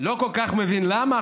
לא כל כך מבין למה.